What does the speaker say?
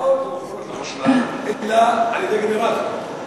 אצלנו המרפאות לא מחוברות לחשמל אלא על-ידי גנרטור.